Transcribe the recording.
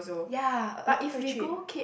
ya uh quite cheap